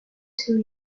two